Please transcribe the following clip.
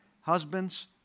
Husbands